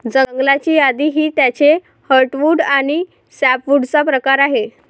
जंगलाची यादी ही त्याचे हर्टवुड आणि सॅपवुडचा प्रकार आहे